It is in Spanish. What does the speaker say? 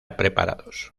preparados